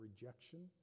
rejection